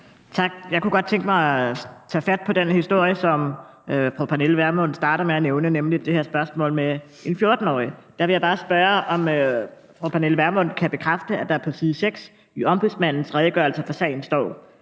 Tak. Jeg kunne godt tænke mig at tage fat på den historie, som fru Pernille Vermund starter med at nævne, nemlig det her spørgsmål om en 14-årig. Der vil jeg bare spørge, om fru Pernille Vermund kan bekræfte, at der på side 6 i Ombudsmandens redegørelse for sagen står: